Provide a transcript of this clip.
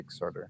Kickstarter